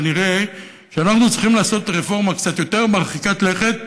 כנראה אנחנו צריכים לעשות רפורמה קצת יותר מרחיקת לכת,